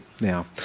now